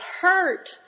hurt